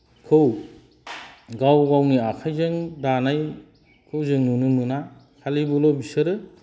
खौ गाव गावनि आखाइजों दानायखौ जों नुनो मोना खालिजोंबोल' बिसोरो